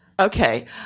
Okay